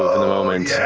ah the moment.